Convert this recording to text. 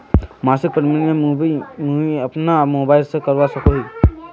मासिक प्रीमियम मुई अपना मोबाईल से करवा सकोहो ही?